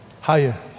Higher